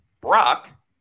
brock